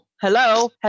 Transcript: Hello